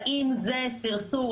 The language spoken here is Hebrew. האם זה סרסור,